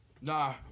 Nah